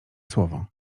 słowo